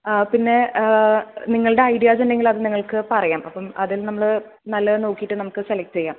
പിന്നെ നിങ്ങളുടെ ഐഡിയാസുണ്ടെങ്കിൽ അത് നിങ്ങൾക്ക് പറയാം അപ്പം അതിൽ നമ്മൾ നല്ലതുനോക്കിയിട്ട് നമുക്ക് സെലക്ട് ചെയ്യാം